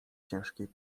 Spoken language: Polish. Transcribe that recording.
ciężkiej